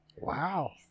Wow